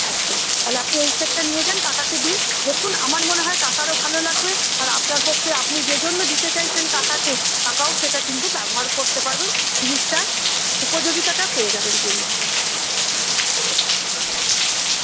একদম তাহলে আপনি এই সেটটা নিয়ে যান কাকাকে দিন দেখুন আমার মনে হয় কাকারও ভালো লাগবে আর আপনার পক্ষে আপনি যে জন্য দিতে চাইছেন কাকাকে কাকাও সেটা কিন্তু ব্যবহার করতে পারবেন জিনিসটার উপযোগিতাটা পেয়ে যাবেন তিনি একদম